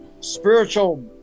spiritual